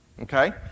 Okay